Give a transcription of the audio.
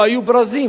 לא היו ברזים,